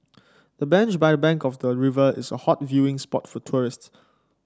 the bench by the bank of the river is a hot viewing spot for tourists